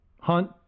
Hunt